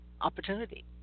opportunity